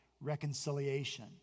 reconciliation